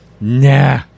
Nah